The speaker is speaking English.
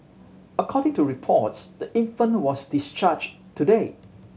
according to reports the infant was discharged today